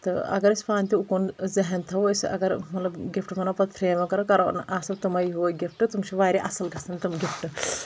تہٕ اگر أسۍ پانہٕ تہِ اُکُن ذہن تھاوو أسۍ اگر مطلب گفٹہٕ بناوو پتہٕ فریم ویم کرو کرو آسو تِمے گفٹ تِم چھِ واریاہ اصٕل گژھان تِم گفٹ